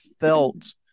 felt